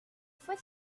fue